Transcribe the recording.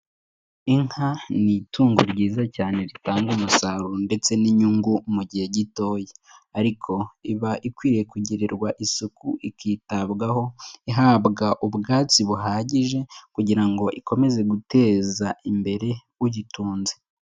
Inka ni itungo ryiza cyane ritanga umusaruro ndetse n'inyungu mu gihe gitoya, ariko iba ikwiriye kugirirwa isuku ikitabwaho, ihabwa ubwatsi buhagije kugira ngo ikomeze guteza imbere uyitunze.